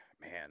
man